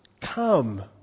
come